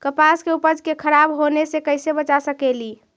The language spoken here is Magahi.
कपास के उपज के खराब होने से कैसे बचा सकेली?